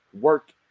work